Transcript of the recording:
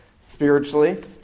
spiritually